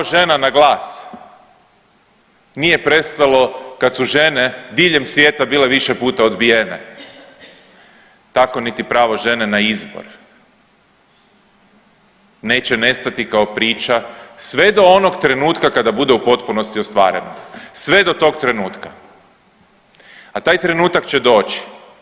Kao što pravo žena na glas nije prestalo kad su žene diljem svijeta bile više puta odbijene tako niti pravo žene na izbor neće nestati kao priča sve do onog trenutka kada bude u potpunosti ostvarena, sve do tog trenutka, a taj trenutak će doći.